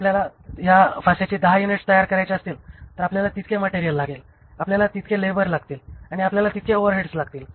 जर आपल्याला या फासेची 10 युनिट्स तयार करायची असतील तर आपल्याला तितके मटेरियल लागेल आपल्याला तितके लेबर लागतील आणि आपल्याला तितके ओव्हरहेडस लागतील